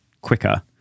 quicker